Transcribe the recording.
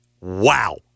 wow